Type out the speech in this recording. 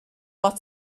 lot